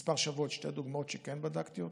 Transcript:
כמה שבועות שתי דוגמאות שכן בדקתי.